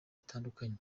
bitandukanye